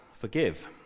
forgive